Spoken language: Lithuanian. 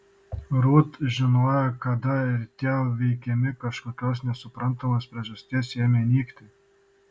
rut žinojo kada ir tie veikiami kažkokios nesuprantamos priežasties ėmė nykti